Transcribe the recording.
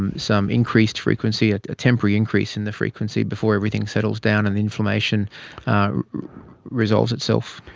and some increased frequency, a temporary increase in the frequency before everything settles down and inflammation resolves itself.